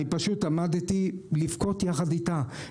אני פשוט עמדתי לבכות יחד אתה.